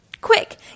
Quick